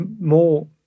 more